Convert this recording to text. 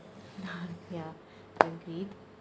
ya agreed